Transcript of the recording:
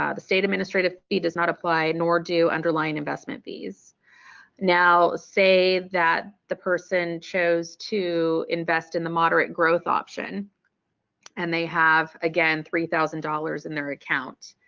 um the state administrative fee does not apply nor do underlying investment fees now say that the person chose to invest in the moderate growth option and they have again three thousand dollars in their account.